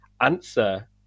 answer